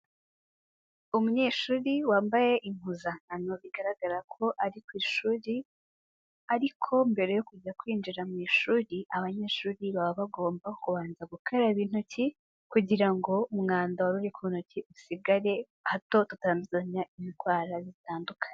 Umunyeshuri wambaye impuzankano bigaragara ko ari ku ishuri, ariko mbere yo kujya kwinjira mu ishuri, abanyeshuri baba bagomba kubanza gukaraba intoki kugira ngo umwanda wari uri ku ntoki usigare hato tutanduzanya indwara zitandukanye.